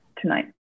tonight